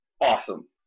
awesome